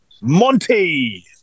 Monty